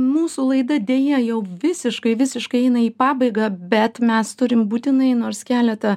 mūsų laida deja jau visiškai visiškai eina į pabaigą bet mes turim būtinai nors keletą